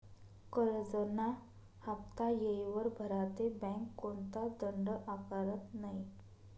करजंना हाफ्ता येयवर भरा ते बँक कोणताच दंड आकारत नै